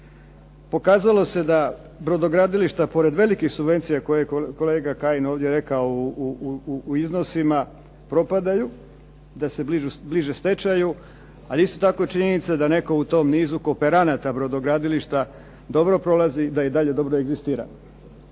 Pokazalo se da brodogradilišta pored velikih subvencija koje je kolega Kajin ovdje rekao u iznosima propadaju, da se bliže stečaju, ali isto je tako činjenica da neko u tom nizu kooperanata brodogradilišta dobro prolazi da i dalje dobro egzistira.